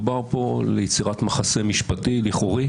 מדובר כאן ביצירת מחסה משפטי לכאורי